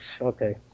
okay